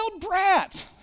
brat